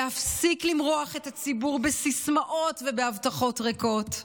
להפסיק למרוח את הציבור בסיסמאות ובהבטחות ריקות.